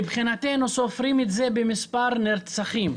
מבחינתנו, סופרים את זה במספר נרצחים.